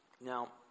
Now